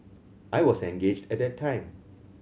I was engaged at that time